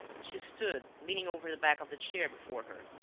she stood leaning over the back of the chair before her.